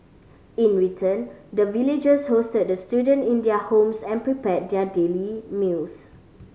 in return the villagers hosted the student in their homes and prepared their daily meals